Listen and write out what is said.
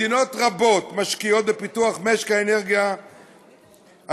מדינות רבות משקיעות בפיתוח משק אנרגיה מתחדשת,